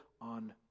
On